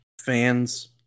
fans